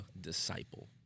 disciple